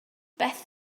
beth